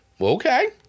Okay